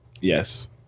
Yes